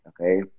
Okay